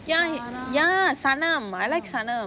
ya ya sanam I like sanam